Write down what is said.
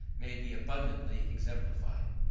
may be abundantly exemplified.